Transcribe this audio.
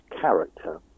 character